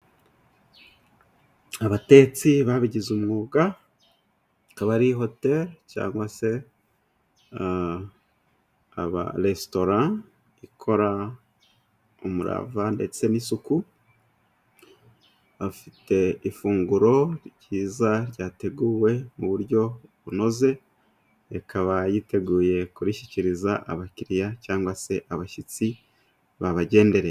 Abatetsi babigize umwuga, akabari, hoteli, cyangwa se ikaba resitora ikorana umurava, ndetse n'isuku, bafite ifunguro ryiza ryateguwe mu buryo bunoze, ikaba yiteguye kurishyikiriza abakiriya cyangwa se abashyitsi babagendereye.